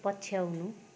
पछ्याउनु